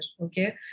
Okay